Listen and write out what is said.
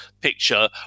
picture